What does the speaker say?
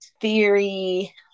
theory